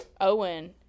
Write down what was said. Owen